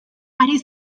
ari